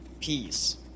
peace